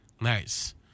Nice